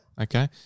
Okay